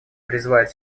призывает